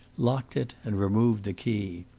locked it, and removed the key.